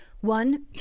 one